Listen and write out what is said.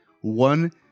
one